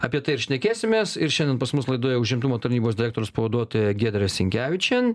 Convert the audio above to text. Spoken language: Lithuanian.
apie tai ir šnekėsimės ir šiandien pas mus laidoje užimtumo tarnybos direktoriaus pavaduotoja giedrė sinkevičė